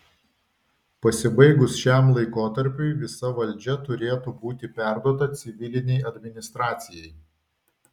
pasibaigus šiam laikotarpiui visa valdžia turėtų būti perduota civilinei administracijai